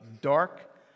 dark